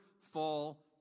fall